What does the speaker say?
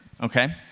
Okay